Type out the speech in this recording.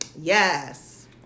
Yes